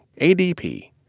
ADP